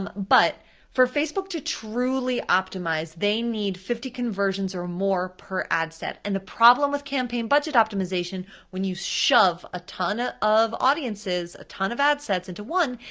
um but for facebook to truly optimize, they need fifty conversions or more per ad set. and the problem with campaign budget optimization when you shove a ton ah of audiences, a ton of ad sets into one,